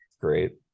Great